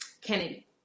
Kennedy